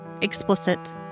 Explicit